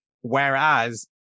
whereas